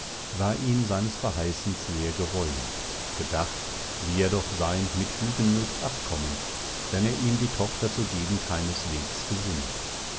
war ihn seines verheißens sehr gereuen gedacht wie er doch sein mit fügen mögt abkommen dann er ihm die tochter zu geben keineswegs gesinnet